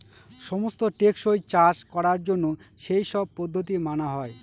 সমস্ত টেকসই চাষ করার জন্য সেই সব পদ্ধতি মানা হয়